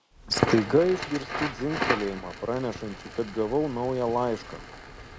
staiga išgirstu dzingtelėjimą pranešantį kad gavau naują laišką